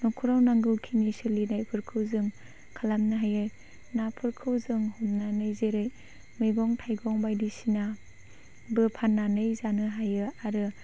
न'खराव नांगौखिनि सोलिनायफोरखौ जों खालामनो हायो नाफोरखौ जों हमनानै जेरै मैगं थाइगं बायदिसिनाबो फाननानै जानो हायो आरो